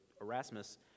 Erasmus